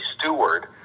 steward